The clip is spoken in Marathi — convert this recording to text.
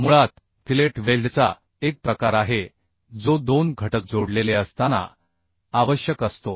मुळात फिलेट वेल्डचा एक प्रकार आहे जो दोन घटक जोडलेले असताना आवश्यक असतो